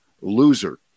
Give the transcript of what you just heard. loser